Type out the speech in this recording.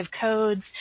codes